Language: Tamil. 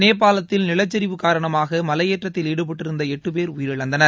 நேபாளத்தில் நிலச்சிவு காரணமாக மலையேற்றத்தில் ஈடுபட்டிருந்த எட்டு பேர் உயிரிழந்தனர்